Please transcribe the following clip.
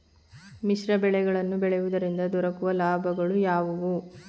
ಮಿಶ್ರ ಬೆಳೆಗಳನ್ನು ಬೆಳೆಯುವುದರಿಂದ ದೊರಕುವ ಲಾಭಗಳು ಯಾವುವು?